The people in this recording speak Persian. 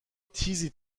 تیزی